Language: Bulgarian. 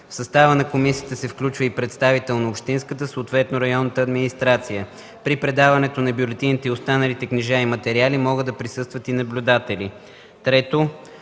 В състава на комисията се включва и представител на общинската, съответно районната администрация. При предаването на бюлетините и останалите книжа и материали могат да присъстват и наблюдатели.”